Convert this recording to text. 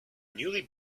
newly